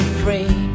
free